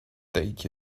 take